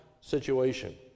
situation